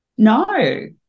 No